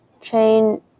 chain